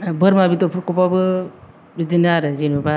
बोरमा बेदर फोरखौबाबो बिदिनो आरो जेन'बा